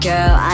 Girl